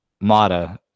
Mata